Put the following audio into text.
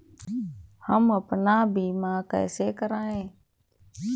हम अपना बीमा कैसे कराए?